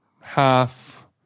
half